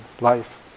life